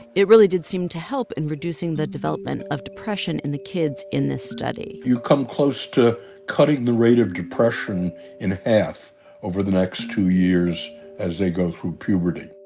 it really did seem to help in reducing the development of depression in the kids in this study you come close to cutting the rate of depression in half over the next two years as they go through puberty